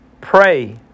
Pray